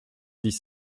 dix